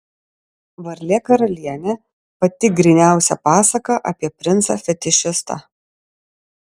varlė karalienė pati gryniausia pasaka apie princą fetišistą